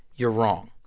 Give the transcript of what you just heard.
you're wrong.